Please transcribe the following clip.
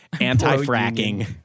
anti-fracking